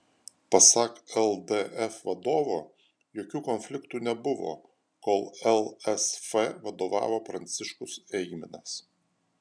pasak ldf vadovo jokių konfliktų nebuvo kol lsf vadovavo pranciškus eigminas